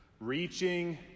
reaching